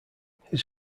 his